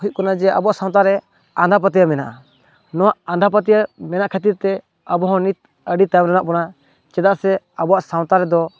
ᱦᱩᱭᱩᱜ ᱠᱟᱱᱟ ᱡᱮ ᱟᱵᱚᱣᱟᱜ ᱥᱟᱶᱛᱟᱨᱮ ᱟᱸᱫᱷᱟᱯᱟᱹᱛᱟᱭᱟᱹᱣ ᱢᱮᱱᱟᱜᱼᱟ ᱱᱚᱣᱟ ᱟᱸᱫᱷᱟᱯᱟᱹᱛᱭᱟᱹᱣ ᱢᱮᱱᱟᱜ ᱠᱷᱟᱹᱛᱤᱨᱛᱮ ᱟᱵᱚ ᱦᱚᱸ ᱱᱤᱛ ᱟᱰᱤ ᱛᱟᱭᱚᱢ ᱨᱮ ᱢᱮᱱᱟᱜ ᱵᱚᱱᱟ ᱪᱮᱫᱟᱜ ᱥᱮ ᱟᱵᱚᱣᱟᱜ ᱥᱟᱶᱛᱟᱨᱮ ᱫᱚ